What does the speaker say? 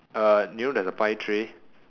uh you know there's a pie tray